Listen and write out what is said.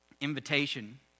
Invitation